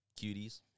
cuties